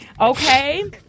Okay